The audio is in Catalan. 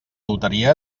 loteria